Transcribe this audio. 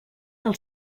del